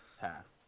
Pass